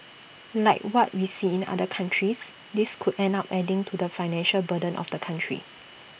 like what we see in other countries this could end up adding to the financial burden of the country